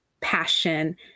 passion